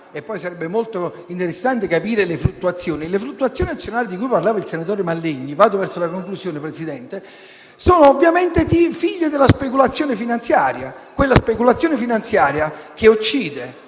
sarebbe molto interessante capire le fluttuazioni azionarie di cui parlava il senatore Mallegni - mi avvio alla conclusione, signor Presidente - che sono ovviamente figlie della speculazione finanziaria: quella speculazione finanziaria che uccide